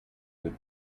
could